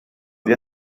día